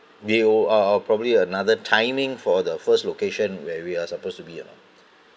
do you uh probably another timing for the first location where we are supposed to be uh